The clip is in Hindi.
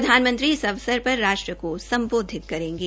प्रधानमंत्री इस अवसर पर राष्ट्र को सम्बोधित करेंगे